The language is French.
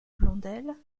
blondel